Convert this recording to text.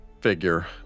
figure